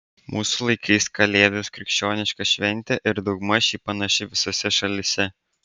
mūsų laikais kalėdos krikščioniška šventė ir daugmaž ji panaši visose šalyse